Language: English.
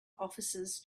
officers